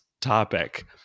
topic